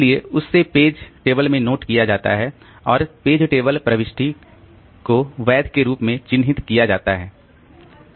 इसलिए उसे page table में नोट किया जाता है और पेज टेबल प्रविष्टि को वैध के रूप में चिन्हित किया जाता है